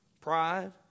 Pride